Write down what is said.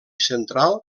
central